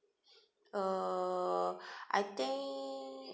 uh I think